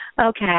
Okay